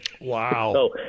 Wow